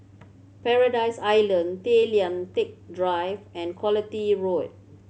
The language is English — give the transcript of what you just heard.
Paradise Island Tay Lian Teck Drive and Quality Road